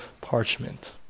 parchment